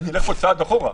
עוד צעד אחורה.